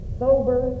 sober